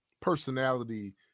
personality